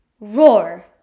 Roar